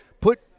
put